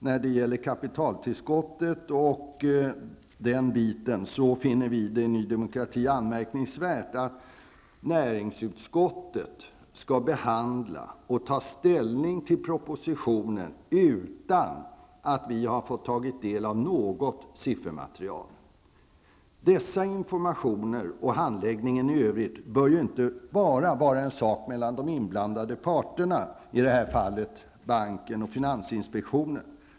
När det gäller kapitaltillskottet finner vi i Ny Demokrati att det är anmärkningsvärt att näringsutskottet skall behandla och ta ställning till propositionen utan att ha fått ta del av något siffermaterial. Denna information och handläggningen i övrigt bör inte bara vara en sak mellan de inblandade parterna, i detta fall banken och finansinspektionen.